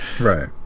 Right